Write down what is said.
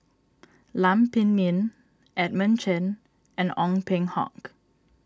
Lam Pin Min Edmund Chen and Ong Peng Hock